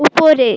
উপরে